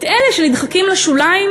את אלה שנדחקים לשוליים